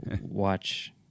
watch